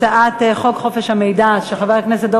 התשע"ג 2013,